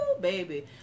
baby